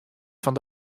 fan